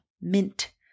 mint